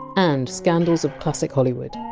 and scandals of classic hollywood.